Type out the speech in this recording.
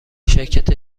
شرکت